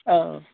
آ